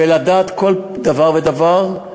ולדעת כל דבר ודבר,